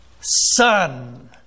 Son